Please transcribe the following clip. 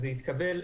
זה התקבל,